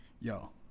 Yo